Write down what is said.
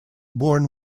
born